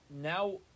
Now